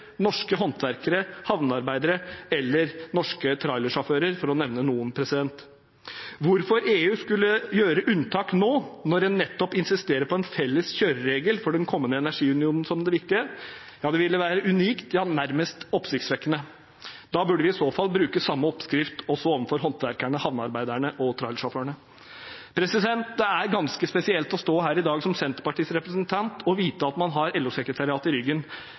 norske håndverkere, havnearbeidere eller norske trailersjåfører, for å nevne noen. Hvis EU skulle gjøre unntak nå, når en nettopp insisterer på felles kjøreregler for den kommende energiunionen som det viktigste, ville det være unikt – ja, nærmest oppsiktsvekkende. Da burde vi i så fall bruke samme oppskrift også overfor håndverkerne, havnearbeiderne og trailersjåførene. Det er ganske spesielt å stå her i dag som Senterpartiets representant og vite at man har LO-sekretariatet i ryggen,